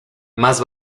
más